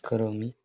करोमि